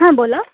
हां बोला